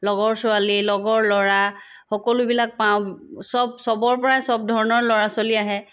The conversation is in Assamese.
লগৰ ছোৱালী লগৰ ল'ৰা সকলোবিলাক পাওঁ চব চবৰ পৰাই চব ধৰণৰ ল'ৰা ছোৱালী আহে